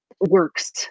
works